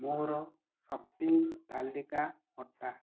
ମୋର ସପିଂ ତାଲିକା ହଟା